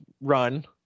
run